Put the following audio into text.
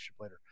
later